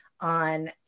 on